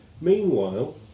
Meanwhile